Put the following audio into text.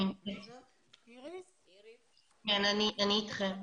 כן, אני איתכם.